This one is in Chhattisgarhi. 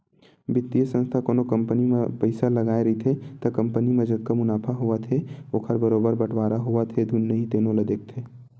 बित्तीय संस्था कोनो कंपनी म पइसा लगाए रहिथे त कंपनी म जतका मुनाफा होवत हे ओखर बरोबर बटवारा होवत हे धुन नइ तेनो ल देखथे